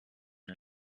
der